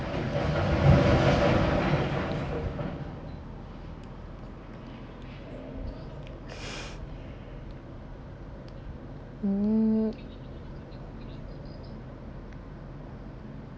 mm